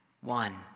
one